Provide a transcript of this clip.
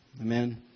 Amen